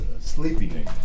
sleepy